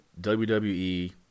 WWE